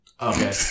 Okay